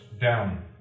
down